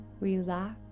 relax